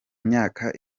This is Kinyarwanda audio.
myaka